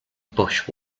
bush